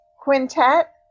Quintet